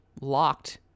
locked